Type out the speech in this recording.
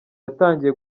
yatangiye